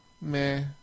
meh